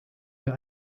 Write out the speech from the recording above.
wir